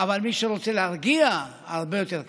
אבל מי שרוצה להרגיע, הרבה יותר קשה.